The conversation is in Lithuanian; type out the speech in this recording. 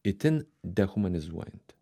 itin dehumanizuojanti